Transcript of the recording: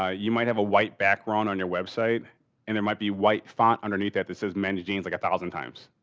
ah you might have a white background on your website and there might be white font underneath that that says many jeans like a thousand times.